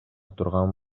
турган